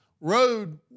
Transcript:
road